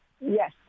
Yes